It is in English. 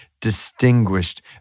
distinguished